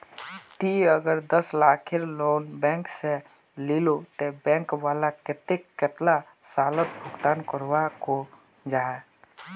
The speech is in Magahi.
ती अगर दस लाखेर लोन बैंक से लिलो ते बैंक वाला कतेक कतेला सालोत भुगतान करवा को जाहा?